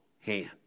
hand